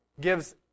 gives